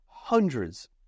hundreds